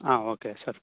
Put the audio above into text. ಹಾಂ okay sir